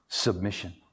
Submission